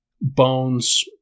Bones